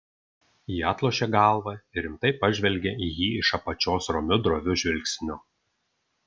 ji atlošė galvą ir rimtai pažvelgė į jį iš apačios romiu droviu žvilgsniu